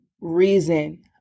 reason